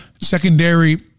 secondary